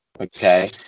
Okay